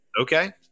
Okay